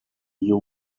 you